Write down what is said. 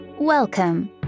Welcome